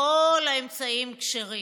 שכל האמצעים כשרים.